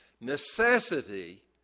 Necessity